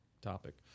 topic